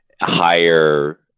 higher